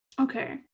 okay